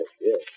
yes